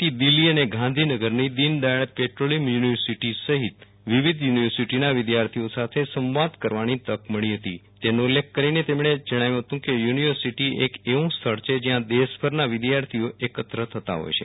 T Delhi અને ગાંધીનગરની Deen Dayal petroleum university સહિત વિવિધ યુનિવર્સિટીઓના વિદ્યાર્થીઓ સાથે સંવાદ કરવાની તક મળી હતી તેનો ઉલ્લેખ કરીને તેમણે જણાવ્યું હતું કે યુનિવર્સિટી એક એવું સ્થળ છે જ્યાં દેશભરના વિદ્યાર્થીઓ એકત્ર થતા હીય છે